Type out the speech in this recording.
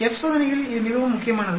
F சோதனையில் இது மிகவும் முக்கியமானது